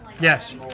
Yes